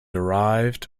derived